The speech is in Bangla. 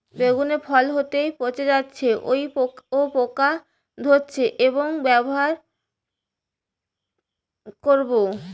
বেগুনের ফল হতেই পচে যাচ্ছে ও পোকা ধরছে কি ব্যবহার করব?